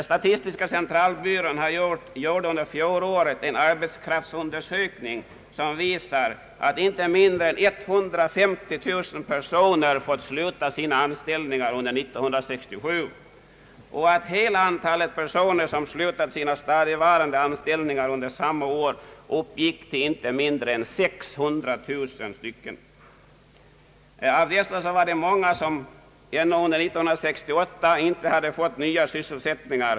Statistiska centralbyrån gjorde under fjolåret en arbetskraftsundersökning, som visar att inte mindre än 150 000 personer har fått sluta sina anställningar under år 1967, att hela antalet personer som slutat sina stadigvarande anställningar under samma år uppgick till inte mindre än 600 000. Av dessa var det många som under år 1968 ännu inte hade fått nya sysselsättningar.